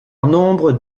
nombre